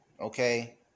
okay